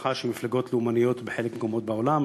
ההצלחה של מפלגות לאומניות בחלק מהמקומות בעולם.